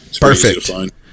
perfect